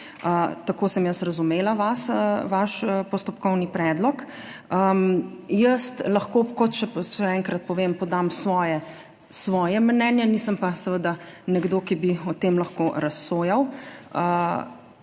tako sem jaz razumela vaš postopkovni predlog. Jaz lahko, kot še enkrat povem, podam svoje mnenje, nisem pa nekdo, ki bi o tem lahko razsojal.